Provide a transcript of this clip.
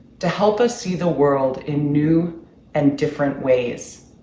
to help us see the world in new and different ways.